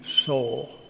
soul